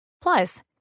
Plus